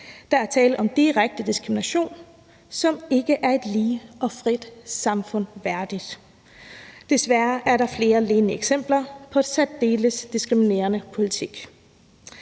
Der er tale om direkte diskrimination, som ikke er et lige og frit samfund værdigt. Desværre er der flere lignende eksempler på særdeles diskriminerende politik.